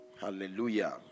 hallelujah